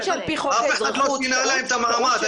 אף אחד לא שינה להם את המעמד,